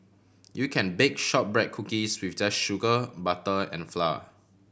you can bake shortbread cookies with just sugar butter and flour